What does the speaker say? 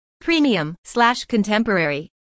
Premium-slash-Contemporary